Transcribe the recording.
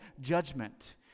judgment